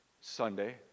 Sunday